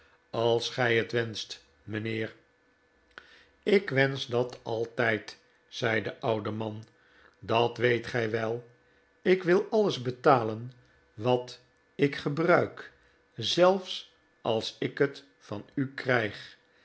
als gij het wenscht mijnheer ik wensch dat altijd zei de oude man dat weet gij wel ik wil alles betalen wat ik gebruik zelfs als ik het van u krijg